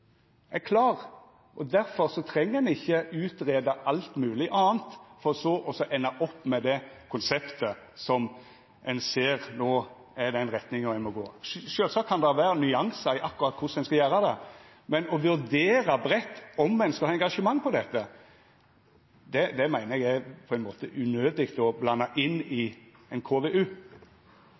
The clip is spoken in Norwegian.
eg med at regjeringa gjer – men i konseptval ligg det at ein skal velja eit av fleire konsept. Det er her me meiner at konseptet og retninga er klar. Difor treng ein ikkje greia ut alt mogleg anna, for så å enda opp med det konseptet som ein ser no er den retninga ein må gå i. Sjølvsagt kan det vera nyansar i akkurat korleis ein skal gjera det, men å vurdera breitt om ein skal ha engasjement for dette,